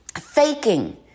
faking